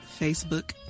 Facebook